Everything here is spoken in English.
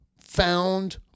found